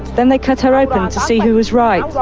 then they cut her open to see who was right.